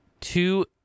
two